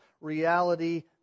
reality